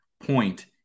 point